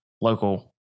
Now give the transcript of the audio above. local